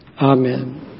Amen